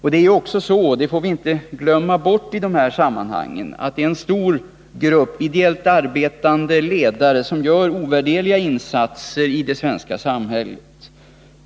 I detta sammanhang får vi inte heller glömma bort att det finns en stor grupp ideellt arbetande ledare som gör ovärderliga insatser i det svenska samhället.